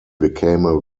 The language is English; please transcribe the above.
became